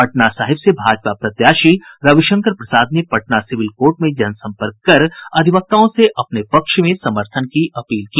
पटना साहिब से भाजपा प्रत्याशी रविशंकर प्रसाद ने पटना सिविल कोर्ट में जनसम्पर्क कर अधिवक्ताओं से अपने पक्ष में समर्थन की अपील की